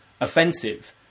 offensive